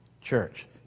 church